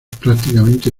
prácticamente